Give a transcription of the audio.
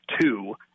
Two